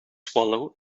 swallow